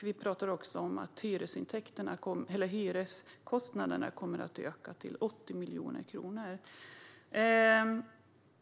Vi talar också om att hyreskostnaderna kommer att öka till 80 miljoner kronor.